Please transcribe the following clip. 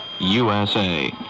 USA